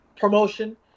promotion